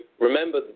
remember